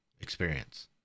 experience